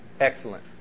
excellent